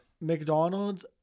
McDonald's